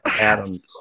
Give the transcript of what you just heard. Adam